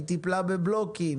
היא טיפלה בבלוקים,